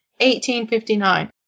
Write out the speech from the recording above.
1859